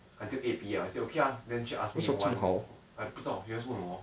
until eight P_M I said okay ah jade ask me you want I 不知道 she just 问我